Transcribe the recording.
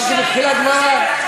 הסברתי בתחילת דברי.